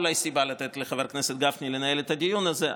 הייתה אולי סיבה לתת לחבר הכנסת גפני לנהל את הדיון הזה,